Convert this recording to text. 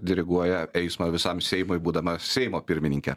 diriguoja eismą visam seimui būdama seimo pirmininkė